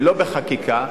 ולא בחקיקה,